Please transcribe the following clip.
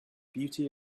beauty